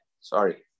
Sorry